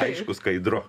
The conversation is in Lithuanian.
aišku skaidru